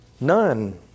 none